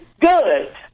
Good